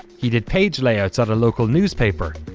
he did page layouts at a local newspaper,